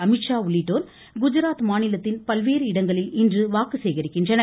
அமீத்ஷா உள்ளிட்டோர் குஜராத் மாநிலத்தின் பல்வேறு இடங்களில் இன்று வாக்கு சேகரிக்கின்றனர்